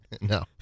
No